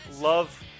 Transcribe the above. love